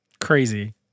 crazy